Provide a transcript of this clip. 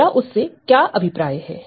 मेरा उस से क्या अभिप्राय है